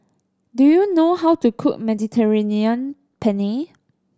do you know how to cook Mediterranean Penne